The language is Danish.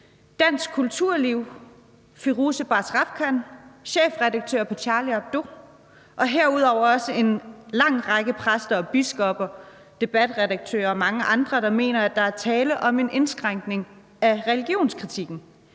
Dansk Kulturliv, Firoozeh Bazrafkan, chefredaktøren på Charlie Hebdo og herudover også en lang række præster og biskopper, debatredaktører og mange andre, der mener, at der er tale om en indskrænkning af religionskritikken.